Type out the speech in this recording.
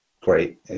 great